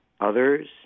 others